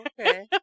okay